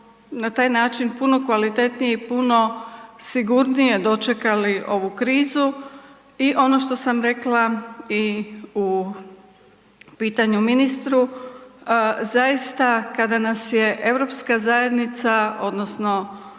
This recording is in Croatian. na taj način puno kvalitetnije i puno sigurnije dočekali ovu krizu i ono što sam rekla i u pitanju ministru, zaista, kada nas je europska zajednica, odnosno